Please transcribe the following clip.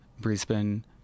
Brisbane